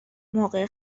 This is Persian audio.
موقع